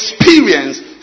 experience